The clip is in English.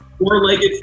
four-legged